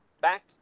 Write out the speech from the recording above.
back